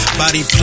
body